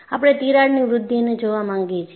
આપણે તિરાડની વૃદ્ધિને જોવા માંગીએ છીએ